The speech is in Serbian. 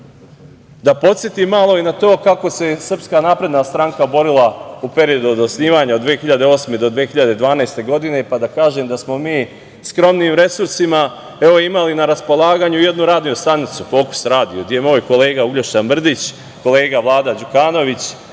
podsetim malo i na to kako se SNS borila u periodu od osnivanja od 2008. do 2012. godine, pa da kažem da smo mi skromnijim resursima, imali na raspolaganju jednu radio stanicu „Fokus“ radio, gde je moj kolega Uglješa Mrdić, kolega Vlada Đukanović,